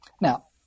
Now